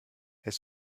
elles